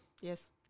Yes